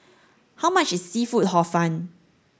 how much is seafood hor fun